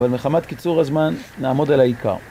אבל מחמת קיצור הזמן, נעמוד על העיקר